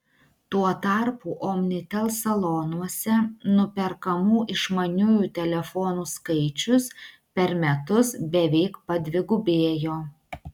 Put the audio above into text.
tuo tarpu omnitel salonuose nuperkamų išmaniųjų telefonų skaičius per metus beveik padvigubėjo